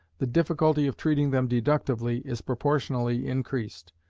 the difficulty of treating them deductively is proportionally increased,